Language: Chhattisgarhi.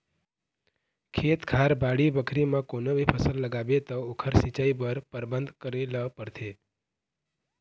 खेत खार, बाड़ी बखरी म कोनो भी फसल लगाबे त ओखर सिंचई बर परबंध करे ल परथे